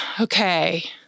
okay